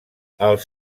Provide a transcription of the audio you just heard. els